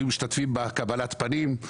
היו משתתפים בקבלת פנים,